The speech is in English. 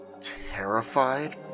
terrified